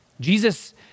Jesus